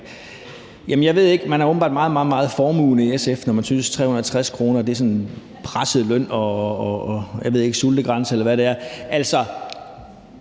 Man er åbenbart meget, meget formuende i SF, når man synes, at 360.000 kr. er en presset løn på sultegrænsen,